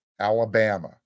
Alabama